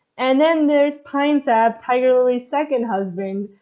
and then there's pine sap, tiger lily's second husband,